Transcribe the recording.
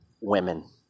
women